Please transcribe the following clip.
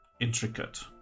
intricate